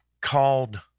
called